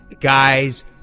Guys